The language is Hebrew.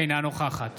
אינה נוכחת